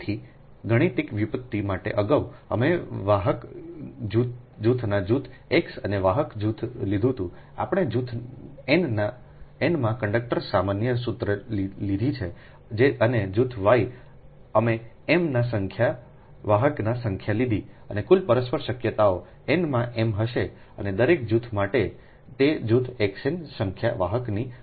તેથી ગણિતિક વ્યુત્પત્તિ માટે અગાઉ અમે વાહક જૂથના જૂથ x અને વાહકનું જૂથ લીધું છે આપણે જૂથ n માં કંડક્ટરની સામાન્ય સૂત્ર લીધી છે અને જૂથ y અમે m ના સંખ્યા વાહકની સંખ્યા લીધી અને કુલ પરસ્પર શક્યતાઓ n માં m હશે અને દરેક જૂથ માટે તે જૂથ XN સંખ્યાના વાહકની હશે